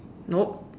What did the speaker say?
nope